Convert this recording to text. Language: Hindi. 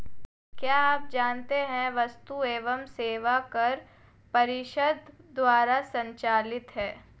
क्या आप जानते है वस्तु एवं सेवा कर परिषद द्वारा संचालित है?